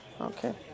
Okay